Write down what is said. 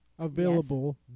Available